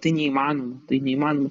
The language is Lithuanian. tai neįmanoma tai neįmanoma